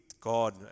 God